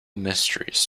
mysteries